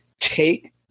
take